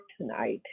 tonight